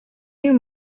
you